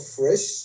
fresh